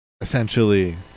essentially